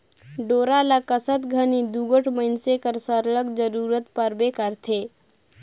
डोरा ल कसत घनी दूगोट मइनसे कर सरलग जरूरत परबे करथे